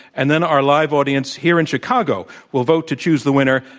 and then our live audience here in chicago will vote to choose the winner.